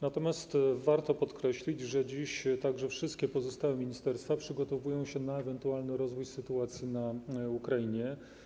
Natomiast warto podkreślić, że obecnie wszystkie pozostałe ministerstwa przygotowują się na ewentualny rozwój sytuacji na Ukrainie.